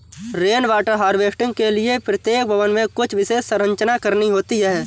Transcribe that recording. rain water harvesting के लिए प्रत्येक भवन में कुछ विशेष संरचना करनी होती है